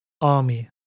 army